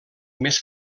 més